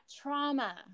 trauma